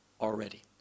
already